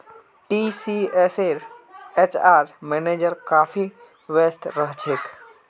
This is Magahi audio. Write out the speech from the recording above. टीसीएसेर एचआर मैनेजर काफी व्यस्त रह छेक